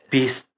Peace